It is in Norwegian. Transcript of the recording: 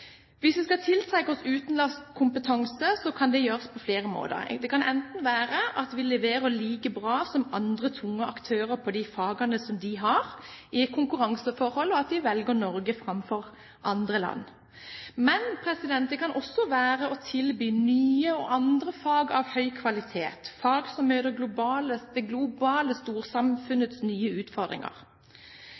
Hvis vi skal tiltrekke oss utenlandsk kompetanse, kan det gjøres på flere måter. Det kan enten være ved at vi leverer like bra som andre tunge aktører på de fagene de har, i et konkurranseforhold, og at de velger Norge framfor andre land, men det kan også være å tilby nye og andre fag av høy kvalitet, fag som møter det globale storsamfunnets nye utfordringer.